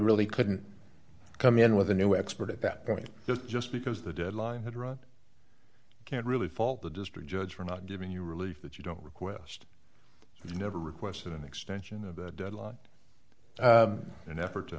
really couldn't come in with a new expert at that point just just because the deadline had run can't really fault the district judge for not giving you relief that you don't request you never requested an extension of the deadline an effort to